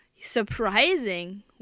surprising